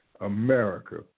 America